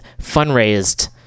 fundraised